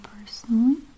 personally